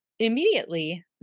Immediately